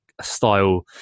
style